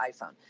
iPhone